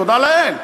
תודה לאל.